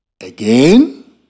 Again